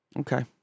Okay